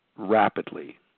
rapidly